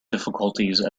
difficulties